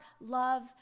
love